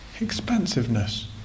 expansiveness